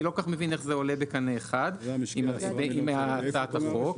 אני לא כל כך מבין איך זה עולה בקנה אחד עם הצעת החוק.